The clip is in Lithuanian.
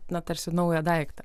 na tarsi naują daiktą